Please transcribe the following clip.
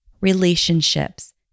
relationships